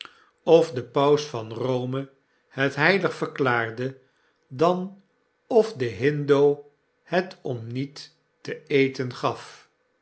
of de pans van e o m e het heilig verklaarde dan of de hindo het omniet te eten gaf